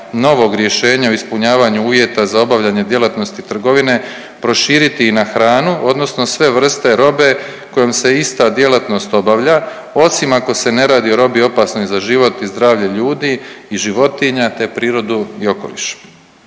novog rješenja o ispunjavanju uvjeta za obavljanje djelatnosti trgovine proširiti i na hranu odnosno sve vrste robe kojom se ista djelatnost obavlja osim ako se ne radi o robi opasnoj za život i zdravlje ljudi i životinja, te prirodu i okoliš.